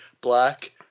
black